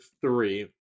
three